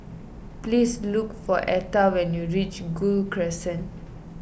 please look for Etta when you reach Gul Crescent